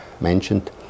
mentioned